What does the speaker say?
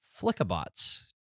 Flickabots